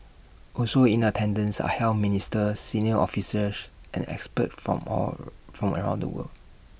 also in attendance are health ministers senior officials and experts from all from around the world